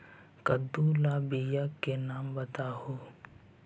कददु ला बियाह के नाम बताहु?